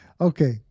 Okay